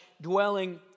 dwelling